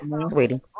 sweetie